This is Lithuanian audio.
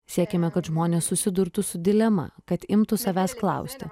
siekiame kad žmonės susidurtų su dilema kad imtų savęs klausti